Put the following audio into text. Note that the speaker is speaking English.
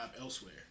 elsewhere